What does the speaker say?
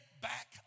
back